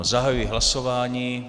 Zahajuji hlasování.